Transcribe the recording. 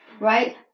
Right